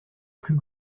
plus